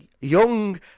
young